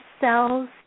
cells